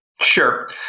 Sure